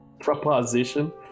Proposition